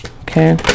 Okay